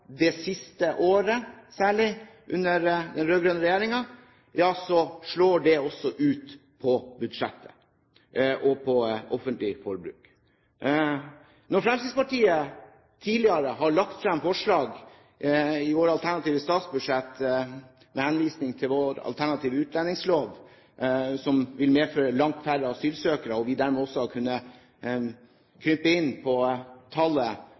det siste året under den rød-grønne regjeringen, slår det også ut på budsjettet og på offentlig forbruk. Når Fremskrittspartiet tidligere har lagt frem forslag i våre alternative statsbudsjett med henvisning til vår alternative utlendingslov, som vil medføre langt færre asylsøkere, og dermed også vil kunne